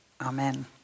Amen